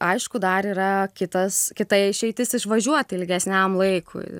aišku dar yra kitas kita išeitis išvažiuoti ilgesniam laikui